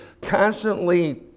constantly